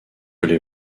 les